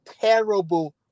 terrible